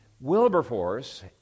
Wilberforce